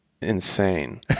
insane